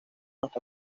hasta